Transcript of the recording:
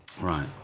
Right